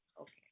okay